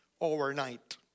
overnight